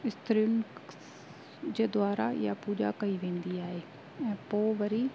स्त्रियुनि ज जे द्वारा ईअं पूॼा कई वेंदी आहे ऐं पोइ वरी